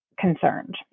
concerned